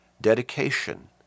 dedication